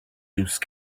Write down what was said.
use